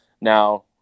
now